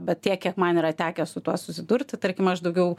bet tiek kiek man yra tekę su tuo susidurti tarkim aš daugiau